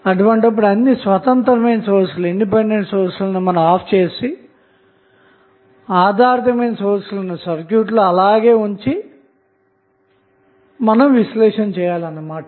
అన్ని స్వతంత్రమైన సోర్స్ లను ఆపి వేసి ఆధారితమైన సోర్స్ లను సర్క్యూట్ లో కనెక్ట్ చేసి ఉంచాలి అన్న మాట